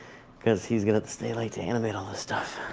cause he's going to to stay late to animate all this stuff.